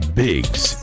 biggs